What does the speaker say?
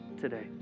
today